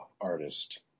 artist